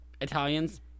italians